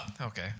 Okay